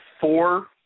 four